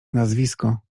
nazwisko